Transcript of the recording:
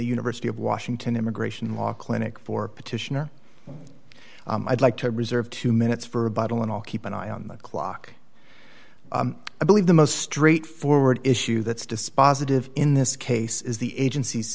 university of washington immigration law clinic for petitioner i'd like to reserve two minutes for a bottle and i'll keep an eye on the clock i believe the most straightforward issue that's dispositive in this case is the agenc